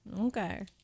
Okay